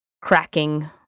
cracking